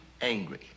angry